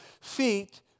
feet